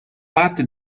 parte